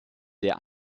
der